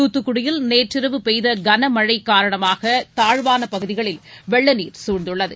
தூத்துக்குடியில் நேற்றிரவு பெய்த கன மழை காரணமாக தாழ்வான பகுதிகளில் வெள்ள நீர் குழ்ந்துள்ளது